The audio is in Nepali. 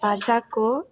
भाषाको